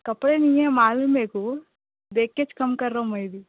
کپڑے نہیں ہے معلوم میرے کو دے کے کم کر رہا ہوں میں بھی